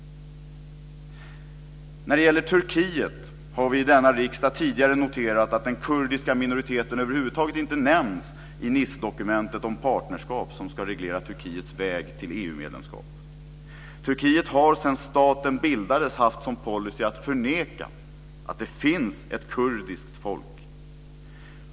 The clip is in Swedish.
När det gäller Turkiet har vi i denna riksdag tidigare noterat att den kurdiska minoriteten över huvud taget inte nämns i Nicedokumentet om partnerskap som ska reglera Turkiets väg till EU-medlemskap. Turkiet har sedan staten bildades haft som policy att förneka att det finns ett kurdiskt folk.